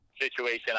situation